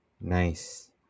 Nice